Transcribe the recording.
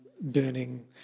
burning